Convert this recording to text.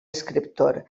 escriptor